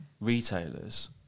retailers